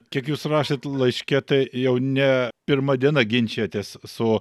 kiek jūs rašėt laiške tai jau ne pirma diena ginčijatės su